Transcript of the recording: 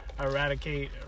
eradicate